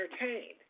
entertained